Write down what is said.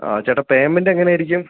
ചേട്ടാ പേയ്മെൻ്റ് എങ്ങനെയായിരിക്കും